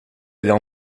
allez